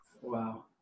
Wow